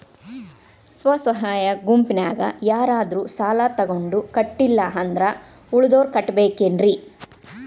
ಸ್ವ ಸಹಾಯ ಗುಂಪಿನ್ಯಾಗ ಯಾರಾದ್ರೂ ಸಾಲ ತಗೊಂಡು ಕಟ್ಟಿಲ್ಲ ಅಂದ್ರ ಉಳದೋರ್ ಕಟ್ಟಬೇಕೇನ್ರಿ?